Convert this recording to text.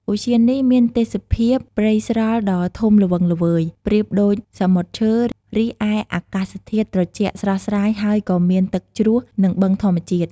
ឧទ្យាននេះមានទេសភាពព្រៃស្រល់ដ៏ធំល្វឹងល្វើយប្រៀបដូចសមុទ្រឈើ រីឯអាកាសធាតុត្រជាក់ស្រស់ស្រាយ ហើយក៏មានទឹកជ្រោះ និងបឹងធម្មជាតិ។